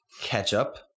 ketchup